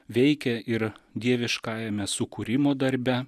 veikia ir dieviškajame sukūrimo darbe